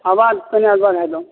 आवाज कने बढ़ाए दौ